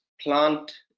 plant